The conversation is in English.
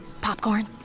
Popcorn